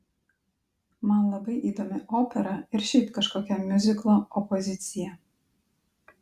man labai įdomi opera ir šiaip kažkokia miuziklo opozicija